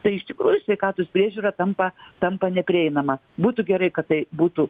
tai iš tikrųjų sveikatos priežiūra tampa tampa neprieinama būtų gerai kad tai būtų